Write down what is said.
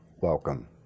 welcome